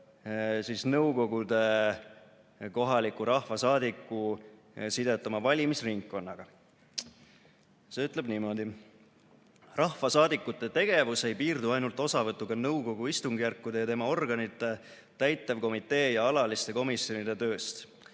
nõukogude kohaliku rahvasaadiku sidet oma valimisringkonnaga. See ütleb niimoodi: "Rahvasaadikute tegevus ei piirdu ainult osavõtuga nõukogu istungjärkude ja tema organite – täitevkomitee ja alaliste komisjonide – tööst.